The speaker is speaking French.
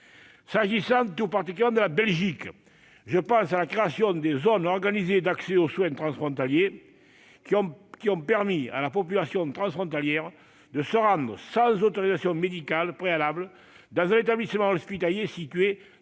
S'agissant tout particulièrement de la Belgique, je pense à la création des zones organisées d'accès aux soins transfrontaliers, qui permettent à la population frontalière de se rendre sans autorisation médicale préalable dans un établissement hospitalier situé de l'autre